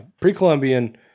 pre-Columbian